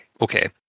okay